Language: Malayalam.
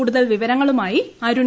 കൂടുതൽ വിവരങ്ങളുമായി അരുൺ